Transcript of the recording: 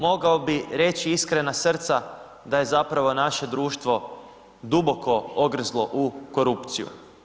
Mogao bi reći, iskrena srca da je zapravo naše društvo duboko … u korupciju.